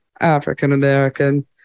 African-American